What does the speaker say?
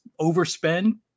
overspend